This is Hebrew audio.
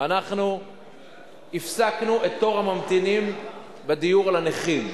אנחנו הפסקנו את תור הממתינים בדיור לנכים.